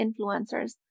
influencers